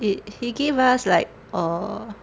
it he gave us like a